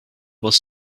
was